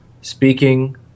Speaking